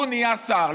הוא נהיה שר,